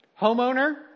Homeowner